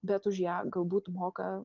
bet už ją galbūt moka